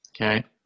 Okay